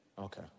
Okay